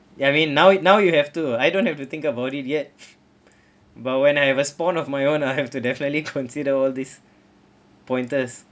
ya I mean now now you have to I don't have to think about it yet but when I have a spawn of my own I have to definitely consider all these pointers